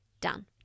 done